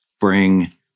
bring